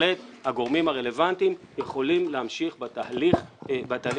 בהחלט הגורמים הרלוונטיים יכולים להמשיך בתהליך הבחינה.